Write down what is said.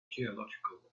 geological